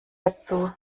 dazu